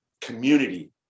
community